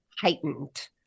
heightened